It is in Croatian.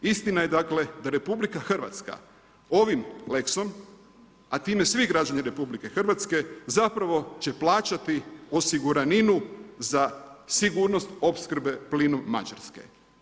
Istina je dakle da RH ovim lexom, a time i svi građani RH zapravo će plaćati osiguraninu za sigurnost opskrbe plinom Mađarske.